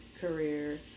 career